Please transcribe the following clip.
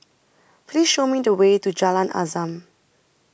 Please Show Me The Way to Jalan Azam